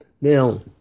Now